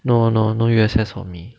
no no no U_S_S for me